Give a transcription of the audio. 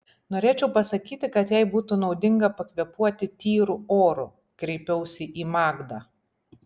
norėčiau pasakyti kad jai būtų naudinga pakvėpuoti tyru oru kreipiausi į magdą